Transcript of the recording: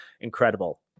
incredible